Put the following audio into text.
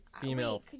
female